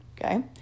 okay